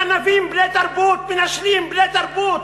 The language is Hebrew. גנבים בני-תרבות, מנשלים בני-תרבות,